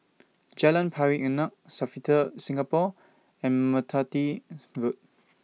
Jalan Pari Unak Sofitel Singapore and Merpati Road